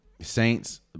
Saints